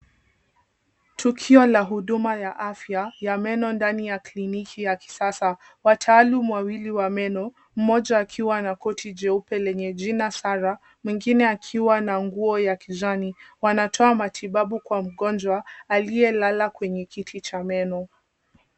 Tukio la huduma ya afya ya meno ndani ya kliniki ya kisasa. Wataalam wawili wa meno, mmoja akiwa na koti jeupe lenye jina Sara, mwingine akiwa na nguo ya kijani wanatoa matibabu kwa mgonjwa aliyelala kwenye kiti cha meno.